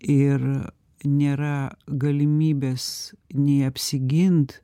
ir nėra galimybės nei apsigint